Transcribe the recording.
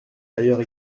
d’ailleurs